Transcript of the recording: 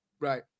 Right